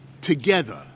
together